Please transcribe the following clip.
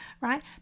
right